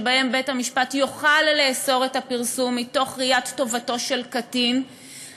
שבהם בית-המשפט יוכל לאסור את הפרסום מתוך ראיית טובתו של קטין,